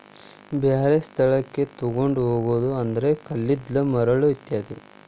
ಬ್ಯಾರೆ ಸ್ಥಳಕ್ಕ ತುಗೊಂಡ ಹೊಗುದು ಅಂದ್ರ ಕಲ್ಲಿದ್ದಲ, ಮರಳ ಇತ್ಯಾದಿ